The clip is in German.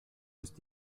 ist